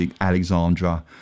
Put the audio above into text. Alexandra